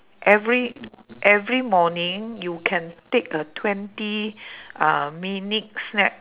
every every morning you can take a twenty uh minute snack